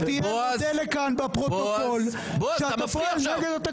רק שיירשם בפרוטוקול שאתה פועל בניגוד לתקנון.